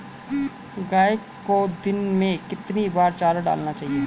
गाय को दिन में कितनी बार चारा डालना चाहिए?